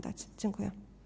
Dziękuję.